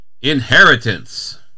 Inheritance